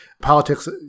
politics